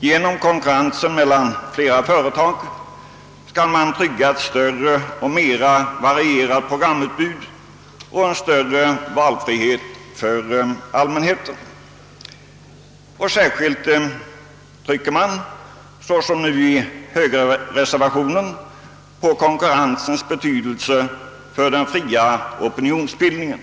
Genom konkurrensen mellan flera företag skall man trygga ett större och mera varierat programutbud och en större valfrihet för allmänheten. Särskilt trycker man — såsom nu i högerreservationen — på konkurrensens betydelse för den fria opinionsbildningen.